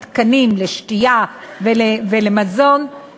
מתקנים לשתייה ולמזון,